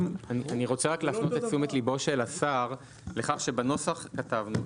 אני רוצה רק להפנות את תשומת ליבו של השר לכך שבנוסח כתבנו: